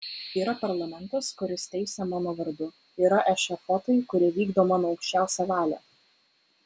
yra parlamentas kuris teisia mano vardu yra ešafotai kurie vykdo mano aukščiausią valią